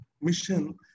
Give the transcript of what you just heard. mission